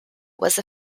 was